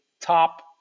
top